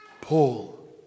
Paul